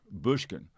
Bushkin